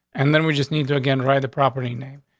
and then we just need to again, right the property name.